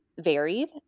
varied